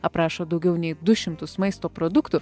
aprašo daugiau nei du šimtus maisto produktų